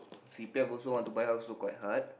C_P_F also want to buy also quite hard